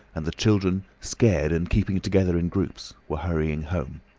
and the children, scared and keeping together in groups, were hurrying home.